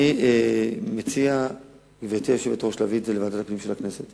אני מציע להביא את זה לוועדת הפנים של הכנסת,